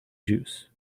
juice